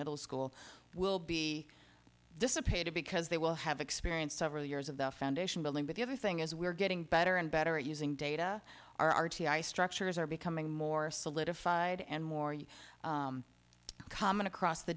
middle school will be dissipated because they will have experienced several years of the foundation building but the other thing is we're getting better and better at using data r t i structures are becoming more solidified and more you common across the